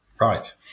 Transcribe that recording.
Right